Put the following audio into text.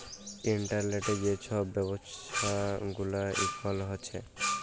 ইলটারলেটে যে ছব ব্যাব্ছা গুলা এখল হ্যছে